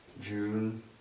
June